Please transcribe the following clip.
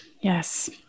Yes